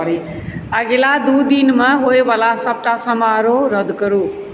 अगिला दू दिनमे होइवला सभटा समारोह रद्द करू